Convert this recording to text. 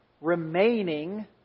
remaining